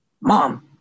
mom